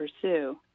pursue